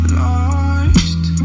lost